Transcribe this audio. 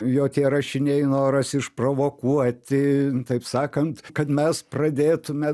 jo tie rašiniai noras išprovokuoti taip sakant kad mes pradėtume